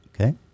Okay